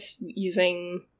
using